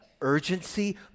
Urgency